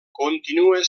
continua